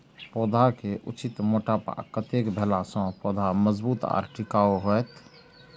पौधा के उचित मोटापा कतेक भेला सौं पौधा मजबूत आर टिकाऊ हाएत?